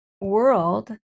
world